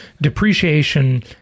depreciation